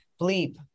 bleep